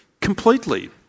completely